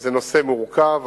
זה נושא מורכב.